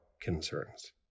concerns